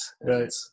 Right